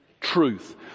truth